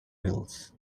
hills